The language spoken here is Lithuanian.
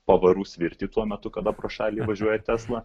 pavarų svirtį tuo metu kada pro šalį važiuoja tesla